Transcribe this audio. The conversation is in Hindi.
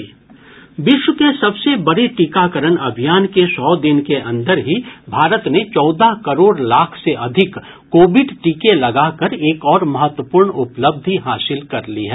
विश्व के सबसे बड़े टीकाकरण अभियान के सौ दिन के अंदर ही भारत ने चौदह करोड़ लाख से अधिक कोविड टीके लगाकर एक और महत्वपूर्ण उपलब्धि हासिल कर ली है